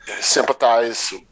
sympathize